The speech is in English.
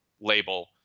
label